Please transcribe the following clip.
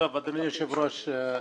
אדוני היושב-ראש,